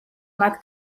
მათ